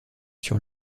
sur